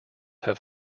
have